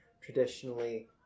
traditionally